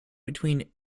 between